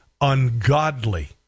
ungodly